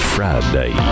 Friday